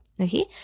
okay